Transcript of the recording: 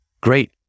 Great